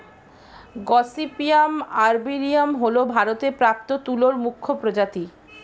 gossypium arboreum হল ভারতে প্রাপ্ত তুলোর মুখ্য প্রজাতি